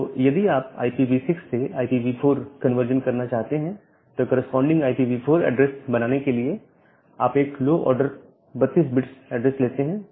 तो यदि आप IPv6 से IPv4 कन्वर्जन करना चाहते हैं तो कॉरस्पॉडिंग IPv4 एड्रेस बनाने के लिए आप एक लो आर्डर 32 बिट्स ऐड्रेस लेते हैं